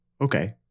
okay